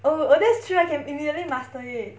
oh oh that's true I can immediately master it